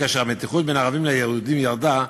כאשר המתיחות בין הערבים ליהודים ירדה,